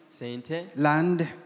Land